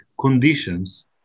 conditions